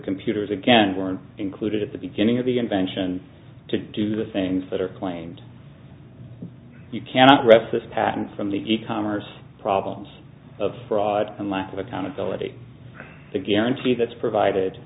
computers again weren't included at the beginning of the invention to do the things that are claimed you cannot rest patents from the e commerce problems of fraud and lack of accountability the guarantee that's provided